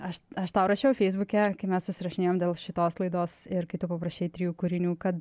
aš aš tau rašiau feisbuke kai mes susirašinėjom dėl šitos laidos ir kai tu paprašei trijų kūrinių kad